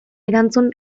erantzun